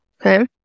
Okay